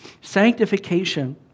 Sanctification